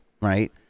right